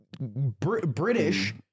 British